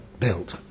built